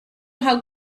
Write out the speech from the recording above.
how